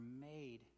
made